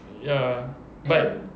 ya but